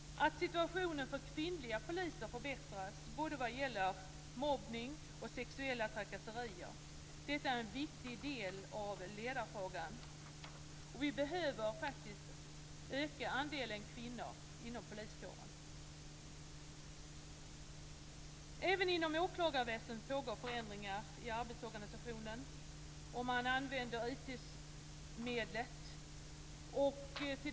Att situationen för kvinnliga poliser förbättras, både vad gäller mobbning och sexuella trakasserier, är en viktig del av ledarfrågan. Vi behöver öka andelen kvinnor inom poliskåren. Även inom åklagarväsendet pågår förändringar i arbetsorganisationen. Man använder IT-medlet.